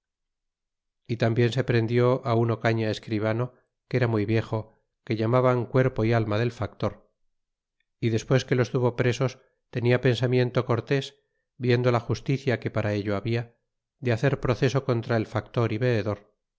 y tambien se prendió un ocaña escribano que era muy viejo que llamaban cuerpo y alma del factor y despues que los tuvo presos tenia pensamiento cortés viendo la justicia que para ello habla de hacer proceso contra el factor y veedor